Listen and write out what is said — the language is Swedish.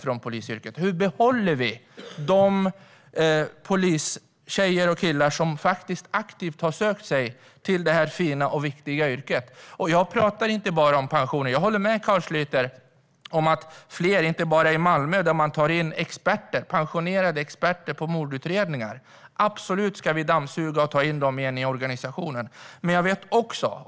Hur ska vi behålla de poliser, tjejer och killar, som aktivt har sökt sig till det här fina och viktiga yrket? Jag menar att det inte bara gäller pensionerade poliser. Jag håller med Carl Schlyter om att man kan få tillbaka fler i yrket, men inte bara som i Malmö där man tar in pensionerade experter på mordutredningar. Vi ska absolut dammsuga och få in dem i organisationen igen.